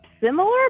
similar